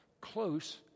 close